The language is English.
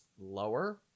lower